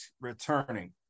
returning